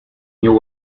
new